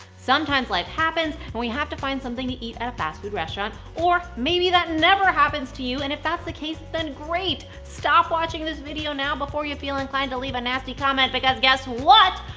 sometimes life happens and we have to find something to eat at a fast food restaurant, or maybe that never happens to you, and if that's the case, then great. stop watching this video now before you feel inclined to leave a nasty comment, because guess what?